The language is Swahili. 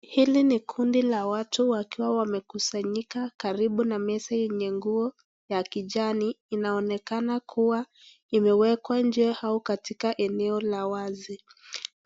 Hili ni kundi la watu wakiwa wamekusanyika karibu na meza yenye nguo ya kijani, inaonekana kuwa imewekwa nje au katika eneo la wazi.